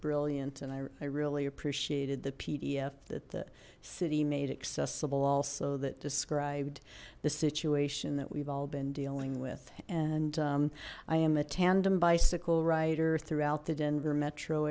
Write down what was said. brilliant and i really appreciated the pdf that the city made accessible also that described the situation that we've all been dealing with and i am a tandem bicycle writer throughout the denver metro